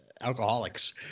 Alcoholics